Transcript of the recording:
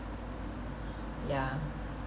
yeah